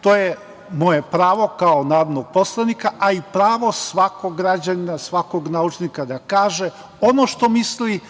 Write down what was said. to je moje pravo kao narodnog poslanika, a i pravo svakog građanina, svakog naučnika da kaže ono što misli,